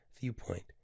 viewpoint